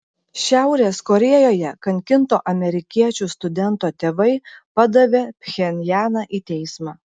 šiaurės korėjoje kankinto amerikiečių studento tėvai padavė pchenjaną į teismą